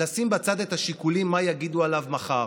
לשים בצד את השיקולים מה יגידו עליו מחר,